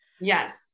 Yes